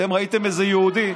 אתם ראיתם איזה יהודי,